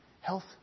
health